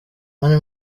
mani